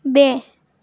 બે